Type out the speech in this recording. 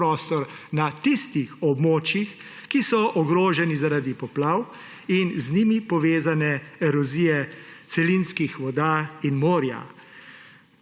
prostor na tistih območjih, ki so ogrožena zaradi poplav in z njimi povezane erozije celinskih voda in morja.